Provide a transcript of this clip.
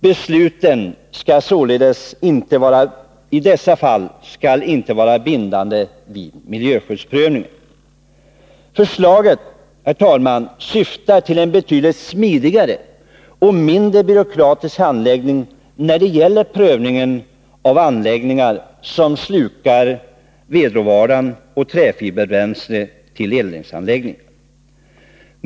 Besluten i dessa fall skall inte vara bindande vid miljöskyddsprövningen. Förslaget, herr talman, syftar till en betydligt smidigare och mindre byråkratisk handläggning när det gäller prövningen av anläggningar som slukar vedråvara och träfiberbränsle till eldningsanläggningar.